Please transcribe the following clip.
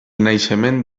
naixement